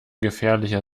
gefährlicher